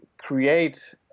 Create